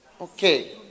Okay